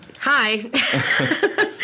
Hi